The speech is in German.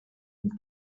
und